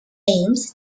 aims